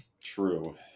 True